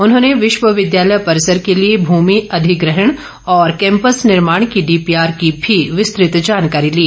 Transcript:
उन्होंने विश्वविद्यालय परिसर के लिए भूमि अधिग्रहण और कैंपस निर्माण की डीपीआर की भी विस्तृत जानकारी ली